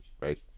right